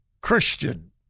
Christian